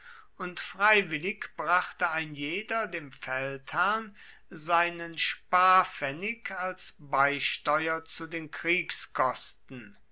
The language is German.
und freiwillig brachte ein jeder dem feldherrn seinen sparpfennig als beisteuer zu den